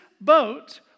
boat